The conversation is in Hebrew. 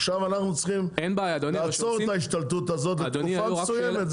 ועכשיו אנחנו צריכים לעצור את ההשתלטות הזאת לתקופה מסוימת,